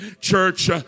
Church